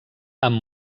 amb